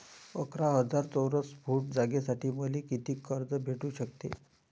अकरा हजार चौरस फुट जागेसाठी मले कितीक कर्ज भेटू शकते?